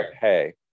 Hey